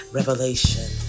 revelation